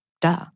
duh